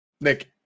Nick